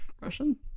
russian